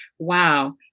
wow